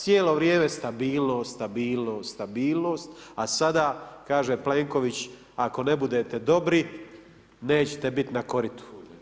Cijelo vrijeme stabilnost, stabilnost, stabilnost, a sada, kaže Plenković, ako ne budete dobri, nećete biti na koritu.